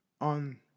on